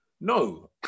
No